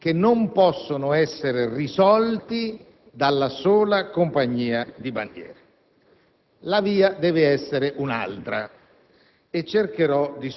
il suo salvataggio contribuisce alla soluzione strutturale dei problemi di Malpensa? La risposta è no.